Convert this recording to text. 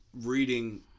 reading